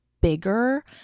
bigger